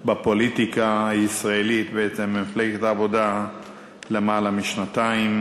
בפוליטיקה הישראלית ובמפלגת העבודה למעלה משנתיים,